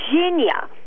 Virginia